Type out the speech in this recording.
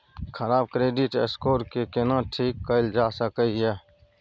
खराब credit score के केना ठीक कैल जा सकै ये?